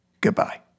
Goodbye